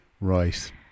Right